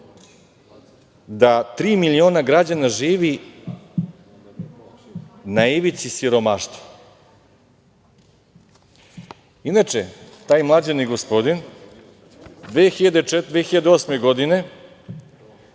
da tri miliona građana živi na ivici siromaštva. Inače, taj mlađani gospodin 2008. godine